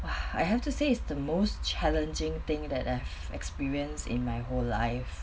!wah! I have to say is the most challenging thing that I've experienced in my whole life